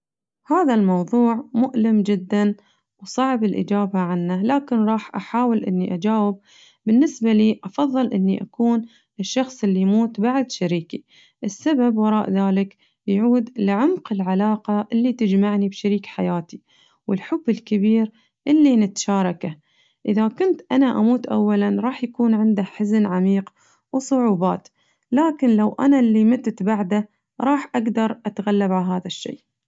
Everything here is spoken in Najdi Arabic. هذا الموضوع مؤلم جداً وصعب الإجابة عنه لكن راح أحاول إني أجاوب، بالنسبة لي راح أفضل إني أكون الشخص اللي يموت بعد شريكي السبب وراء ذلك بيعود لعمق العلاقة اللي تجمعني بشريك ياتي والحب الكبير اللي نتشاركه، إذا كنت أنا أموت أولاً راح يكون عنده حزن عميق وصعوبات لكن لو أنا اللي متت بعده راح أقدر أتغلب على هذا الشي.